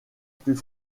plus